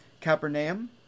Capernaum